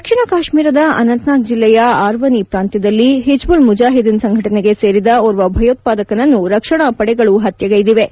ದಕ್ಷಿಣ ಕಾಶ್ಮೀರದ ಅನಂತ್ನಾಗ್ ಜಿಲ್ಲೆಯ ಆರ್ವನಿ ಪ್ರಾಂತ್ಯದಲ್ಲಿ ಹಿಜ್ಬುಲ್ ಮುಜಾಹಿದ್ದೀನ್ ಸಂಘಟನೆಗೆ ಸೇರಿದ ಓರ್ವ ಭಯೋತ್ಪಾದಕನನ್ನು ರಕ್ಷಣಾ ಪಡೆಗಳು ಹತ್ಯೆಗ್ವೆದಿವೆ